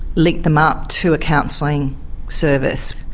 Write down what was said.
link them up to a counselling service.